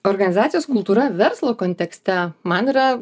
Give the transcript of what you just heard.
organizacijos kultūra verslo kontekste man yra